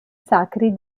sacri